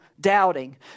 doubting